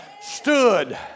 stood